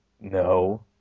No